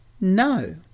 no